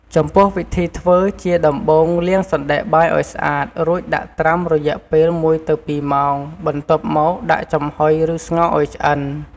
ចំពោះវិធីធ្វើ ជាដំបូង លាងសណ្តែកបាយឱ្យស្អាតរួចដាក់ត្រាំរយៈពេល ១ទៅ២ម៉ោងបន្ទាប់មកដាក់ចំហុយឬស្ងោរឱ្យឆ្អិន។